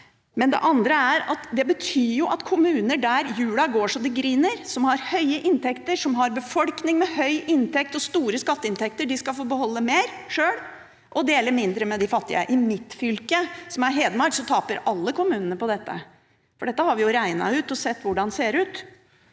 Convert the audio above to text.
er at det betyr at kommuner der hjula går så det griner, som har høye inntekter, som har befolkning med høy inntekt og store skatteinntekter, skal få beholde mer sjøl og dele mindre med de fattige. I mitt fylke, som er Hedmark, taper alle kommunene på dette. Dette har vi regnet ut, og sett hvordan det ser ut.